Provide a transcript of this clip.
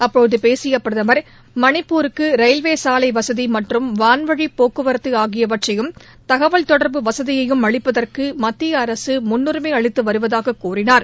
அப்போது பேசிய பிரதமர் மணிப்பூருக்கு ரயில்வே சாலை வசதி மற்றும் வன்வழி போக்குவரத்து ஆகியவற்றையும் தகவல் தொடர்பு வசதியையும் அளிப்பதற்கு மத்திய அரசு முன்னுரிஸ் அளித்துவருவதாக கூறினார்